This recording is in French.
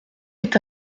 est